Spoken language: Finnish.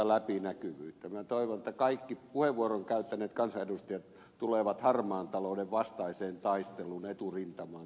minä toivon että kaikki puheenvuoron käyttäneet kansanedustajat tulevat harmaan talouden vastaisen taistelun eturintama on